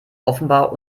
offenbar